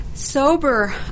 sober